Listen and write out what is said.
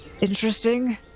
interesting